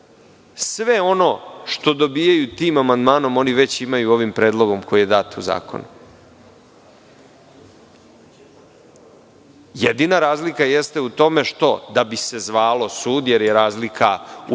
sve ono što dobijaju tim amandmanom, oni već imaju ovim predlogom koji je dat u zakonu. Jedina razlika jeste u tome što, da bi se zvalo sud, jer je razlika u